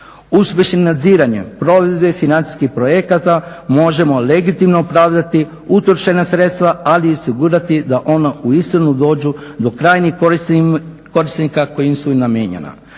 Uspješnim nadziranjem provedbi financijskih projekata možemo legitimno opravdati utrošena sredstva ali i osigurati da ona uistinu dođu do krajnjih korisnika kojima su namijenjena.